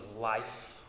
life